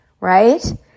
right